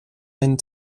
einen